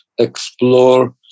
explore